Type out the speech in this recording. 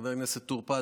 חבר הכנסת טור פז,